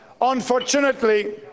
Unfortunately